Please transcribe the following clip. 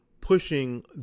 pushing